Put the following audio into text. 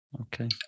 okay